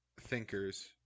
thinkers